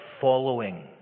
following